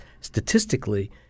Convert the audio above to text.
statistically